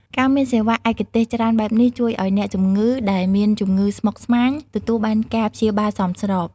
ការមានសេវាឯកទេសច្រើនបែបនេះ ជួយឱ្យអ្នកជំងឺដែលមានជំងឺស្មុគស្មាញទទួលបានការព្យាបាលសមស្រប។